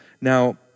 Now